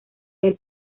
del